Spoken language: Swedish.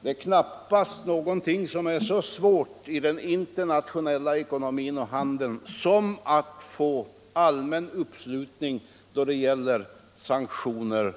Det är knappast någonting som är så svårt i den internationella ekonomin och handeln som att få allmän uppslutning då det gäller sanktioner